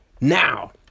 now